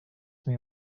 may